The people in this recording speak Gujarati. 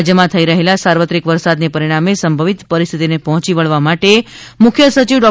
રાજ્યમાં થઇ રહેલા સાર્વત્રિક વરસાદને પરિણામે સંભવિત પરિસ્થિતિને પહોંચી વળવા માટે મુખ્ય સચિવ ડો